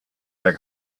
der